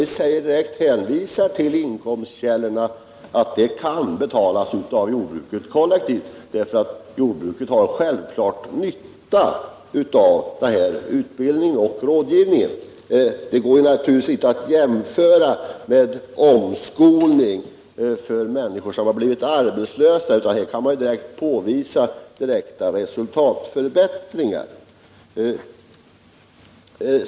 Vi hänvisar direkt till inkomstkällorna och menar att det kan betalas av jordbruket kollektivt, för jordbruket har självfallet nytta av denna utbildning och rådgivning. Det går naturligtvis inte att göra en jämförelse med omskolningskurser för människor som blivit arbetslösa, utan här kan man påvisa direkta resultatförbättringar.